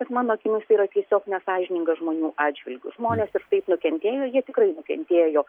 bet mano akimis yra tiesiog nesąžininga žmonių atžvilgiu žmonės ir taip nukentėjo jie tikrai nukentėjo